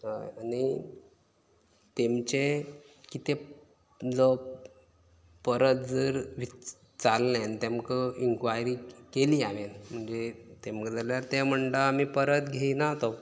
हय आनी तेमचें कितें जो परत जर विच्चारल्लें आनी तेमकां इन्क्वायरी केली हांवेन म्हणजे तेमगे जाल्यार ते म्हणटा आमी परत घेयना तो